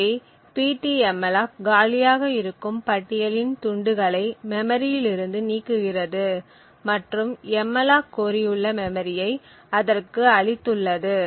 எனவே ptmalloc காலியாக இருக்கும் பட்டியலின் துண்டுகளை மெமரியில் இருந்து நீக்குகிறது மற்றும் எம்மல்லாக் கோரியுள்ள மெமரியை அதற்கு அளித்துள்ளது